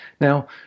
Now